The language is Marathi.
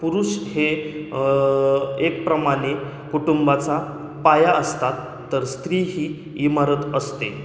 पुरुष हे एकप्रमाणे कुटुंबाचा पाया असतात तर स्त्री ही इमारत असते